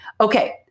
Okay